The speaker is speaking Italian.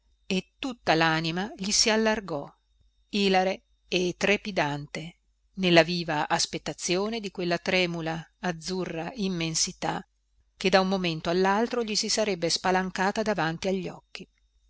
e tutta lanima gli si allargò ilare e trepidante nella viva aspettazione di quella tremula azzurra immensità che da un momento allaltro gli si sarebbe spalancata davanti a gli occhi